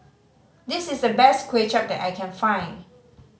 this is the best Kuay Chap that I can find